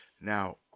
Now